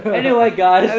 but anyway guys!